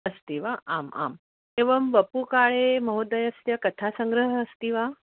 अस्ति वा आम् आम् एवं वपुकाये महोदयस्य कथासङ्ग्रहः अस्ति वा